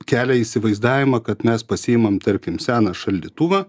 kelia įsivaizdavimą kad mes pasiimam tarkim seną šaldytuvą